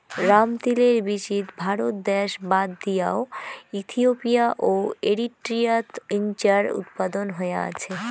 রামতিলের বীচিত ভারত দ্যাশ বাদ দিয়াও ইথিওপিয়া ও এরিট্রিয়াত ইঞার উৎপাদন হয়া আছে